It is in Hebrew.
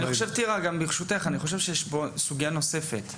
אני חושב, טירה, שיש פה סוגייה נוספת.